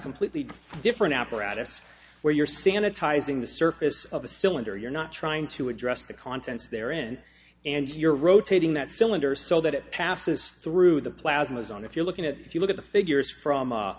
completely different apparatus where you're sanitizing the surface of a cylinder you're not trying to address the contents they're in and you're rotating that cylinder so that it passes through the plasma zone if you're looking at if you look at the figures from u